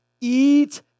eat